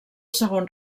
segon